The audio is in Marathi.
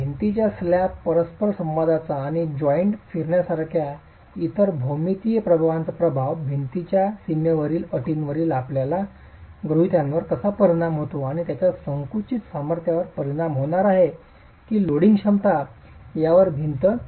आणि भिंतीच्या स्लॅब परस्परसंवादाचा आणि जॉईंटच्या फिरण्यासारख्या इतर भौमितीय प्रभावांचा प्रभाव भिंतीच्या सीमेवरील अटींवरील आपल्या गृहितकांवर कसा परिणाम होतो आणि त्याचा संकुचित सामर्थ्यावर परिणाम होणार आहे की लोडिंग क्षमता यावर भिंत